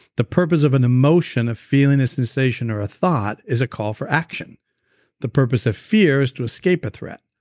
the purpose of an emotion, a feeling, a sensation, or a thought is a call for action the purpose of fear is to escape a threat.